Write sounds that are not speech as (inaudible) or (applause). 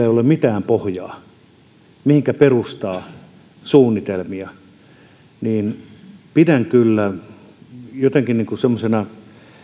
(unintelligible) ole mitään pohjaa mihinkä perustaa suunnitelmia pidän kyllä jotenkin semmoisena